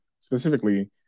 specifically